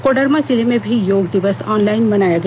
कोडरमा जिले में भी योग दिवस ऑनलाइन मनाया गया